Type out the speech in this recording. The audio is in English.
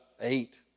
eight